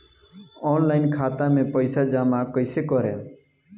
Online खाता मे पईसा जमा कइसे करेम?